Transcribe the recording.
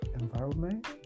environment